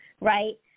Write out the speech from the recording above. right